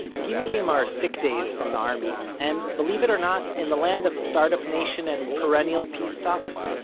gimelim are sick days from the army, and, believe it or not, in the land of start-up nation and perennial peace talks,